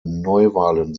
neuwahlen